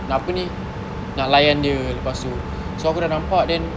nak apa ni nak layan dia lepas tu so aku dah nampak then